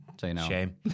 Shame